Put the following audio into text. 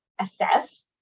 assess